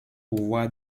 pouvoir